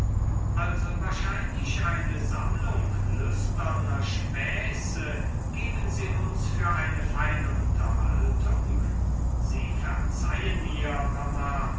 also wahrscheinlich eine sammlung lüsterner späße geben sie uns für eine feine unterhaltung sie verzeihen mir mama